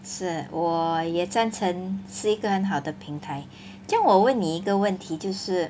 是我也赞成是一个很好的平台这样我问你一个问题就是